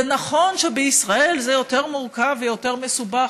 נכון שבישראל זה יותר מורכב ויותר מסובך,